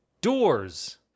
doors